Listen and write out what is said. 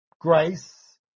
Grace